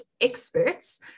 experts